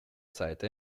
site